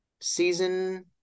season